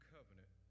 Covenant